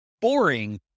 boring